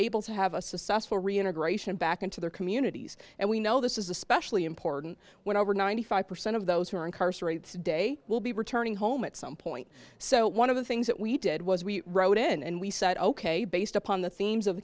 able to have a successful reintegration back into their communities and we know this is especially important when over ninety five percent of those who are incarcerated today will be returning home at some point so one of the things that we did was we wrote in and we said ok based upon the themes of